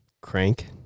Crank